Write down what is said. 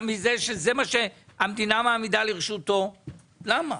מזה שזה מה שהמדינה מעמידה לרשותו, למה?